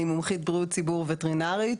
אני מומחית בריאות ציבור ווטרינרית,